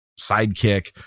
sidekick